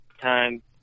time